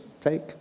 take